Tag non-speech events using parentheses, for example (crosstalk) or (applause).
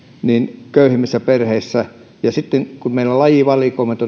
köyhimmissä perheissä sitten meillä lajivalikoimat (unintelligible)